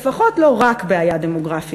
לפחות לא רק בעיה דמוגרפית.